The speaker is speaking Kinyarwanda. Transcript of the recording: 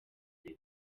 ibi